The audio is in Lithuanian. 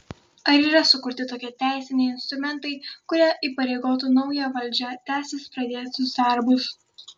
ar yra sukurti tokie teisiniai instrumentai kurie įpareigotų naują valdžią tęsti pradėtus darbus